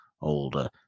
older